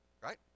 right